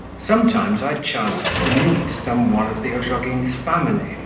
sometimes i chanced to meet some one of the ozhogins' family,